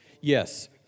Yes